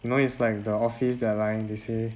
you know it's like the office their line they say